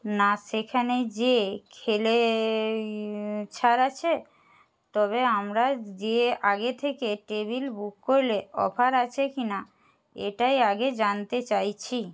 না সেখানে যেয়ে খেলেই ছাড় আছে তবে আমরা যেয়ে আগে থেকে টেবিল বুক করলে অফার আছে কি না এটাই আগে জানতে চাইছি